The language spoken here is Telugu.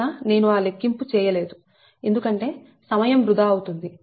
ఇక్కడ నేను ఆ లెక్కింపు చేయలేదు ఎందుకంటే సమయం వృధా అవుతుంది